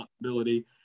responsibility